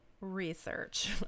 research